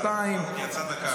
שר החקלאות יצא דקה.